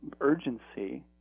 urgency